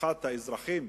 חלוקת האזרחים